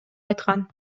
айткан